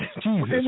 Jesus